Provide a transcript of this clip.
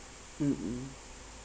mm mm